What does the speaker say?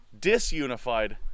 disunified